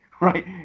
right